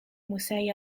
musei